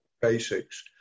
basics